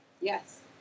yes